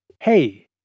Hey